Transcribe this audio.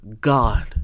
God